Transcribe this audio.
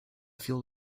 field